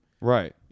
right